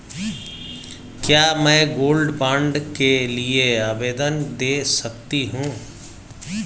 क्या मैं gold bond के लिए आवेदन दे सकती हूँ?